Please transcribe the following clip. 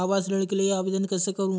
आवास ऋण के लिए आवेदन कैसे करुँ?